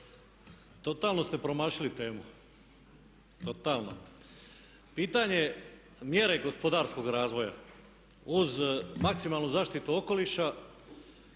totalno ste promašili temu, totalno. Pitanje mjera gospodarskog razvoja uz maksimalnu zaštitu okoliša